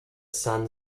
sun